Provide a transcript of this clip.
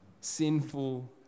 sinful